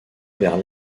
vers